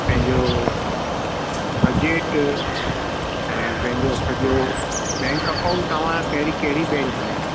पंहिंजो बजटु ऐं पंहिंजो सॼो बैंक अकाउंट तव्हां जो पहिरीं कहिड़ी बैंक में आहे